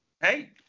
Hey